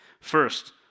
First